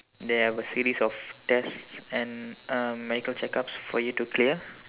they have a series of tests and uh medical checkups for you to clear